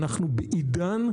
אנחנו בעידן,